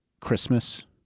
Christmas